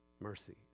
mercy